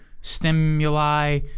Stimuli